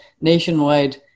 Nationwide